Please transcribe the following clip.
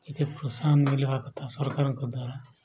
ଏତେ ପ୍ରୋତ୍ସାହନ ମିଳିବା କଥା ସରକାରଙ୍କ ଦ୍ୱାରା